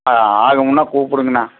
ஆ ஆகுமுன்னா கூப்பிடுங்கண்ணா